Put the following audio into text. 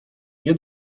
nie